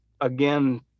again